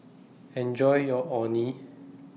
Enjoy your Orh Nee